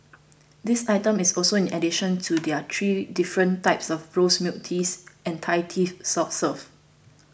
this item is also in addition to their three different types of rose milk teas and Thai tea soft serves